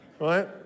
Right